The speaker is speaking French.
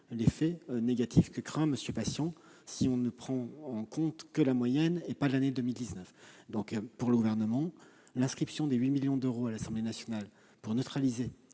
l'effet négatif que craint M. Patient si l'on ne prend en compte que la moyenne et pas de l'année 2019. L'inscription de 8 millions d'euros à l'Assemblée nationale pour neutraliser